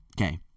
Okay